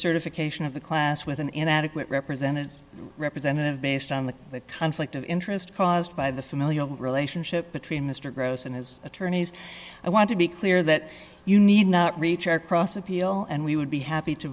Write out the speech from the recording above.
certification of a class with an inadequate represented represented based on the conflict of interest caused by the familial relationship between mr gross and his attorneys i want to be clear that you need not reach across appeal and we would be happy to